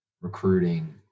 recruiting